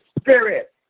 Spirit